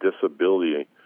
disability